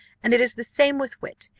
and it is the same with wit,